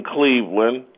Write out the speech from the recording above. Cleveland